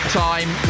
time